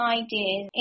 ideas